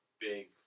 big